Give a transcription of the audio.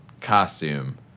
costume